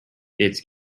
its